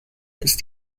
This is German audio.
ist